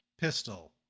Pistol